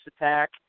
attack